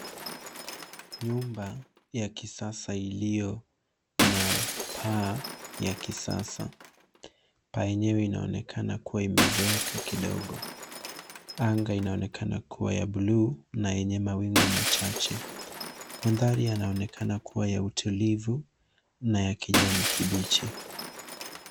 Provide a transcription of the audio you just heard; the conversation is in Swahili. Nyumba ya kisasa iliyo na paa la kisasa. Paa lenyewe linaonekana kuwa limeinamia kidogo. Anga linaonekana kuwa la buluu na lina mawingu machache. Mandhari inaonekana kuwa ya utulivu na ya kijani kibichi.